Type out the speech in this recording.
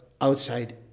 outside